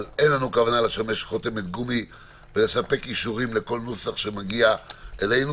אבל אין לנו כוונה לשמש חותמת גומי ולספק אישורים לכל נוסח שמגיע אלינו.